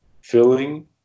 filling